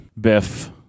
Biff